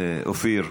אופיר,